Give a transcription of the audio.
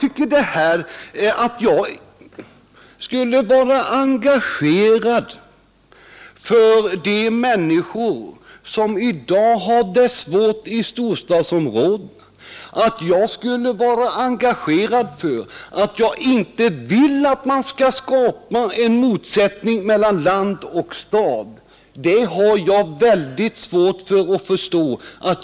Sedan vill jag fråga varför jag inte skulle engagera mig för de människor som i dag har det svårt i storstadsområdena. Varför skulle inte jag vara engagerad när det gäller att undvika att skapa motsättningar mellan land och stad? Det har jag väldigt svårt att förstå.